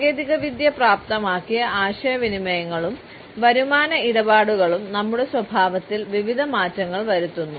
സാങ്കേതികവിദ്യ പ്രാപ്തമാക്കിയ ആശയവിനിമയങ്ങളും വരുമാന ഇടപാടുകളും നമ്മുടെ സ്വഭാവങ്ങളിൽ വിവിധ മാറ്റങ്ങൾ വരുത്തുന്നു